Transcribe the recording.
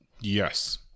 Yes